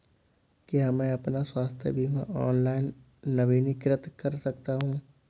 क्या मैं अपना स्वास्थ्य बीमा ऑनलाइन नवीनीकृत कर सकता हूँ?